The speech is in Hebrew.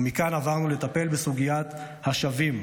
ומכאן עברנו לטפל בסוגיית השבים,